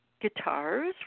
guitars